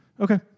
Okay